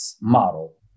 model